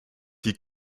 die